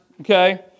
okay